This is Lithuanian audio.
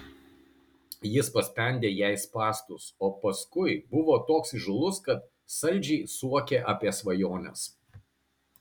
jis paspendė jai spąstus o paskui buvo toks įžūlus kad saldžiai suokė apie svajones